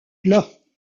plat